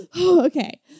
Okay